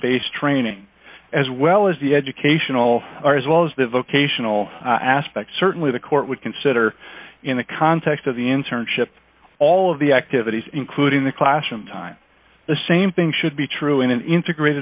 based training as well as the educational or as well as the vocational aspect certainly the court would consider in the context of the internship all of the activities including the classroom time the same thing should be true in an integrated